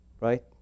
right